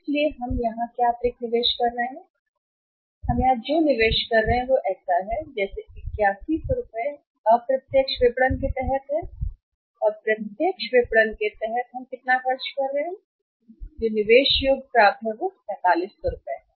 इसलिए हम यहाँ क्या अतिरिक्त निवेश कर रहे हैं हम यहां जो निवेश कर रहे हैं वह कुछ ऐसा है जैसे 8100 यह अप्रत्यक्ष विपणन के तहत है और प्रत्यक्ष विपणन के तहत हम कितना खर्च कर रहे थे यह खातों की लागत है प्राप्य खाते में निवेश योग्य है प्राप्य 4500 सही है